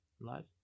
live